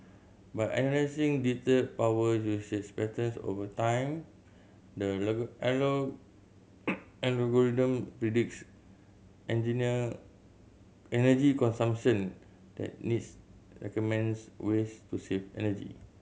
by analysing detailed power usage patterns over time the algorithm predicts engineer energy consumption that needs recommends ways to save energy